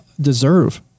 deserve